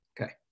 Okay